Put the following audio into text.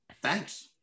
thanks